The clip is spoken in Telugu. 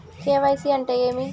కె.వై.సి అంటే ఏమి?